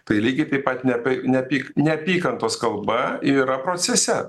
tai lygiai taip pat neapyk neapyk neapykantos kalba yra procese